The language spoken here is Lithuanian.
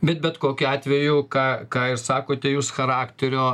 bet bet kokiu atveju ką ką ir sakote jūs charakterio